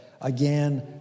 again